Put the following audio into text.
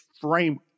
frame